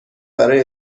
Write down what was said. برای